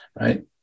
right